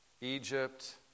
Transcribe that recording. Egypt